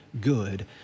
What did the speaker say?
good